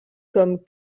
comme